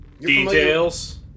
Details